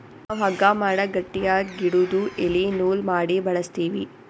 ನಾವ್ ಹಗ್ಗಾ ಮಾಡಕ್ ಗಟ್ಟಿಯಾದ್ ಗಿಡುದು ಎಲಿ ನೂಲ್ ಮಾಡಿ ಬಳಸ್ತೀವಿ